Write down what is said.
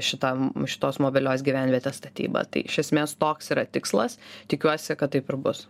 šitam šitos mobilios gyvenvietės statyba tai iš esmės toks yra tikslas tikiuosi kad taip ir bus